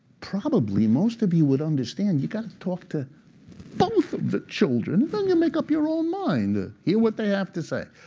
probably, most of you will understand you've got to talk to both of the children, then you make up your own mind, hear what they have to say.